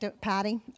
Patty